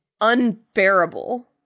unbearable